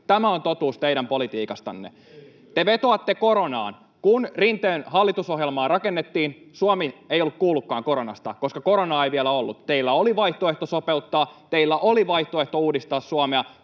Tämä on totuus teidän politiikastanne. Te vetoatte koronaan. Kun Rinteen hallitusohjelmaa rakennettiin, Suomi ei ollut kuullutkaan koronasta, koska koronaa ei vielä ollut. Teillä oli vaihtoehto sopeuttaa, teillä oli vaihtoehto uudistaa Suomea.